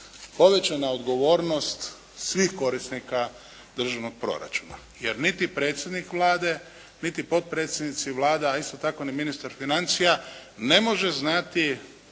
povećana odgovornost svih korisnika državnog proračuna. Jer, niti predsjednik Vlade, niti potpredsjednici Vlada, a isto tako ni ministar financija ne može znati